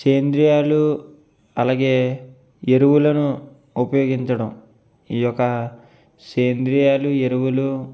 సేంద్రియాలు అలాగే ఎరువులను ఉపయోగించడం ఈ యొక్క సేంద్రియలు ఎరువులు